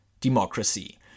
democracy